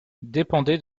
dépendait